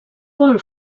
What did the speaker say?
paul